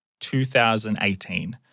2018